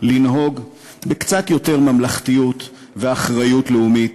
לנהוג להבא בקצת יותר ממלכתיות ובאחריות לאומית.